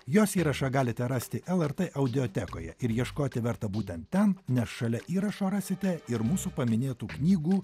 jos įrašą galite rasti lrt audiotekoje ir ieškoti verta būtent ten nes šalia įrašo rasite ir mūsų paminėtų knygų